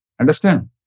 Understand